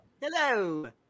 Hello